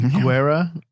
Guerra